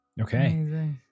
Okay